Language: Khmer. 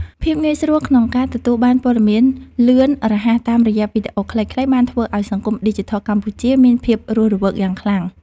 ភាពងាយស្រួលក្នុងការទទួលបានព័ត៌មានលឿនរហ័សតាមរយៈវីដេអូខ្លីៗបានធ្វើឱ្យសង្គមឌីជីថលកម្ពុជាមានភាពរស់រវើកយ៉ាងខ្លាំង។